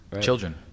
Children